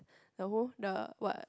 the who the what